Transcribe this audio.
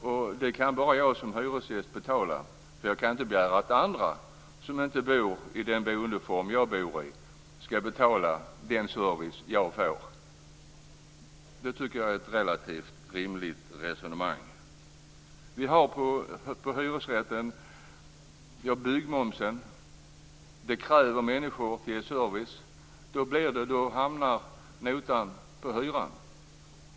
Och det kan bara jag som hyresgäst betala, för jag kan inte begära att andra som inte bor i den boendeform som jag bor i ska betala den service som jag får. Det tycker jag är ett relativt rimligt resonemang. Vi har byggmomsen på hyresrätten samt att det krävs människor till att ge service. Då hamnar notan på hyran.